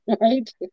Right